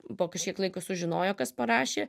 po kažkiek laiko sužinojo kas parašė